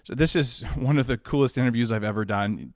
this is one of the coolest interviews i've ever done.